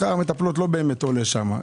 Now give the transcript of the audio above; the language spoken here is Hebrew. הוא לא באמת עולה שם.